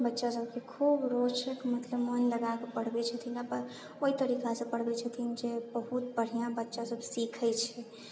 बच्चा सभके खूब रोचक मतलब मोन लगाकऽ पढ़बै छथिन अपन ओहि तरीकासँ पढ़बै छथिन जे बहुत बढ़िऑं बच्चा सभ सीखै छै